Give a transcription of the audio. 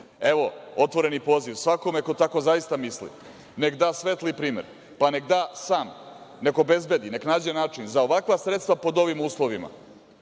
evo otvoreni poziv svakome ko tako zaista misli, nek da svetli primer, nek da sam, ne obezbedi, nađe način za ovakva sredstva pod ovim uslovima